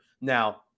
now